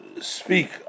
speak